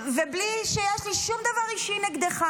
ובלי שיש לי שום דבר אישי נגדך.